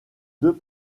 deux